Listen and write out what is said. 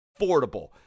affordable